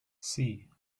see